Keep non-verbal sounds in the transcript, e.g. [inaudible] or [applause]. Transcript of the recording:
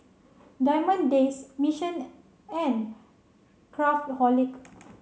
Diamond Days Mission [unintelligible] and Craftholic